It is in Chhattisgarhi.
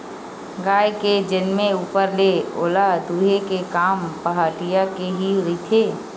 गाय के जनमे ऊपर ले ओला दूहे के काम पहाटिया के ही रहिथे